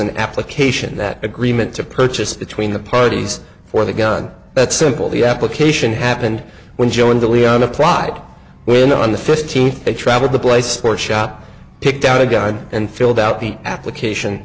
an application that agreement to purchase between the parties for the gun that's simple the application happened when joe and the leon applied when on the fifteenth they traveled the place sports shop picked out a gun and filled out the application